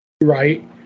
Right